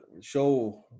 show